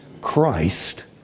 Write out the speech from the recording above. Christ